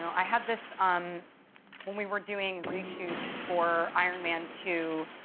know. i had this um when we were doing reshoots for iron man two,